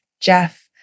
Jeff